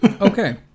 Okay